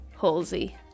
Halsey